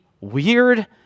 weird